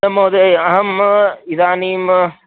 न महोदय अहम् इदानीम्